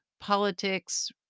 politics